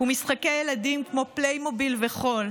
ומשחקי ילדים כמו פליימוביל וכו'.